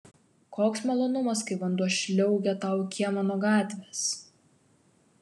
koks malonumas kai vanduo žliaugia tau į kiemą nuo gatvės